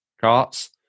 carts